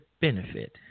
benefit